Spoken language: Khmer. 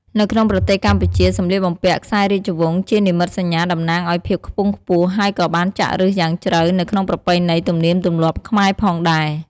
នៅក្នុងប្រទេសកម្ពុជា សម្លៀកបំពាក់ខ្សែរាជវង្សជានិមិត្តសញ្ញាតំណាងឱ្យភាពខ្ពង់ខ្ពស់ ហើយក៏បានចាក់ឬសយ៉ាងជ្រៅនៅក្នុងប្រពៃណីទំនៀមទម្លាប់ខ្មែរផងដែរ។